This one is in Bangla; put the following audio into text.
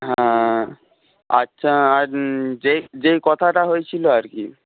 হ্যাঁ আচ্ছা আর যেই যেই কথাটা হয়েছিল আর কি